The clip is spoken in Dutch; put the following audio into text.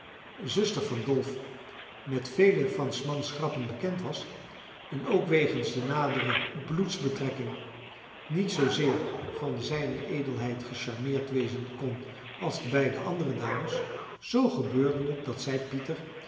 zuster van dolf met vele van s mans grappen bekend was en ook wegens de nadere bloedsbetrekking niet zoo zeer van zed gecharmeerd wezen kon als de beide andere dames zoo gebeurde het dat zij pieter